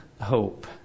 hope